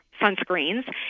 sunscreens